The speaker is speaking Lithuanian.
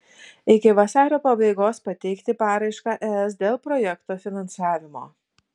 iki vasario pabaigos pateikti paraišką es dėl projekto finansavimo